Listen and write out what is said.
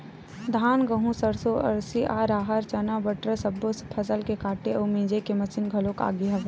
धान, गहूँ, सरसो, अलसी, राहर, चना, बटरा सब्बो फसल के काटे अउ मिजे के मसीन घलोक आ गे हवय